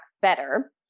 Better